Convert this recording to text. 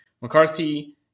McCarthy